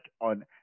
on